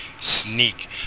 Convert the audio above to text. sneak